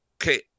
Okay